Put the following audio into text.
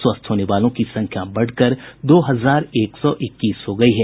स्वस्थ होने वालों की संख्या बढ़कर दो हजार एक सौ इक्कीस हो गयी है